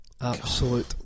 Absolute